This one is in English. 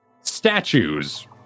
statues